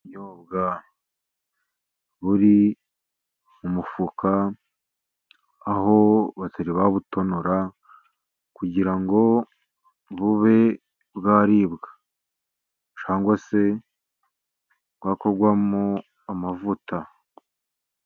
Ubuyobwa buri mu mufuka, aho batari babutonora, kugira ngo bube bwaribwa, cyangwa se bwakorwamo amavuta.